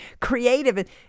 creative